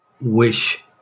wish